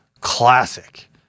classic